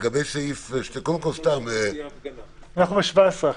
כתוב "עד"?